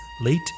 late